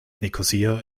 nikosia